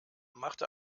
machte